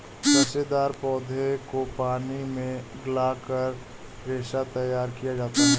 रेशेदार पौधों को पानी में गलाकर रेशा तैयार किया जाता है